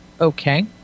okay